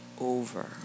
over